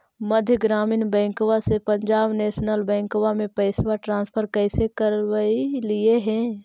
मध्य ग्रामीण बैंकवा से पंजाब नेशनल बैंकवा मे पैसवा ट्रांसफर कैसे करवैलीऐ हे?